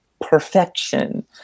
perfection